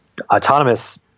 autonomous